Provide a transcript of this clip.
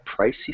pricey